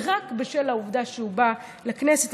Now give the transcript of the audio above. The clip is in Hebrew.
ורק בשל העובדה שהוא בא לכנסת,